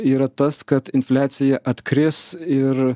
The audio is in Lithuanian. yra tas kad infliacija atkris ir